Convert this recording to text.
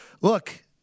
look